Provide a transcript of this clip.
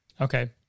Okay